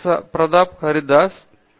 பேராசிரியர் பிரதாப் ஹரிதாஸ் சரி